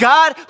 God